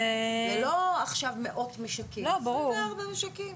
זה לא עכשיו מאות משקים, זה 24 משקים.